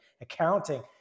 accounting